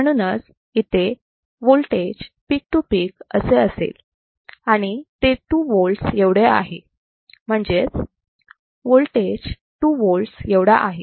म्हणूनच इथे voltage peak to peak असे असेल आणि ते 2 volts एवढे आहे म्हणजेच वोल्टेज 2 volts एवढा आहे